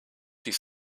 dies